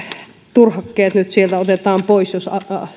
turhakkeet nyt sieltä otetaan pois jos